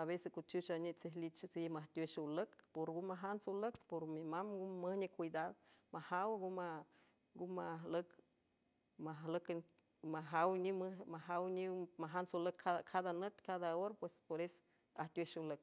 avese cuchuchanietsejlichets iw majtuwex olüc por nga majants olüc por mimamb ng müjne cuidad majaw nn majaw nim majaw niw majants olüc cada nüt cada or pues pores ajtuex olüc.